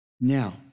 Now